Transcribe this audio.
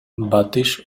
батыш